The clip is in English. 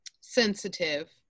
sensitive